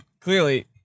clearly